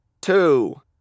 two